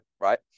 right